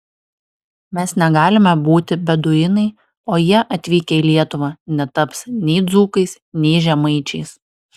mes negalime būti beduinai o jie atvykę į lietuvą netaps nei dzūkais nei žemaičiais